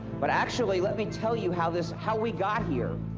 but actually let me tell you how this, how we got here.